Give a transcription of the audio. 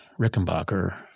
Rickenbacker